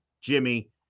Jimmy